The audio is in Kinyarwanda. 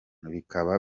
bikaba